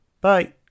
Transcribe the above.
Bye